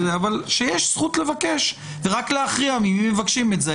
אבל שיש זכות לבקש ורק להכריע ממי מבקשים את זה,